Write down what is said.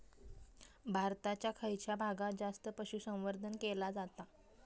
भारताच्या खयच्या भागात जास्त पशुसंवर्धन केला जाता?